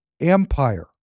empire